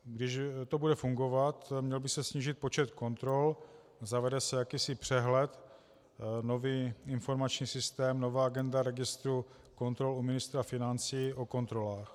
Když to bude fungovat, měl by se snížit počet kontrol, zavede se jakýsi přehled, nový informační systém, nová agenda registru kontrol u ministra financí o kontrolách.